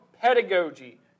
pedagogy